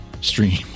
stream